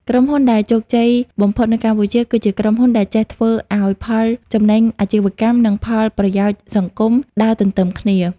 ក្រុមហ៊ុនដែលជោគជ័យបំផុតនៅកម្ពុជា គឺជាក្រុមហ៊ុនដែលចេះធ្វើឱ្យ "ផលចំណេញអាជីវកម្ម" និង "ផលប្រយោជន៍សង្គម" ដើរទន្ទឹមគ្នា។